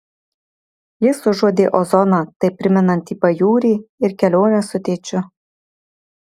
jis užuodė ozoną taip primenantį pajūrį ir keliones su tėčiu